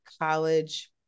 college